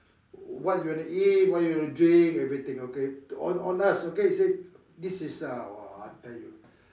what you want to eat what you want to drink everything okay on on us okay he say this is uh I tell you